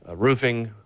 ah roofing,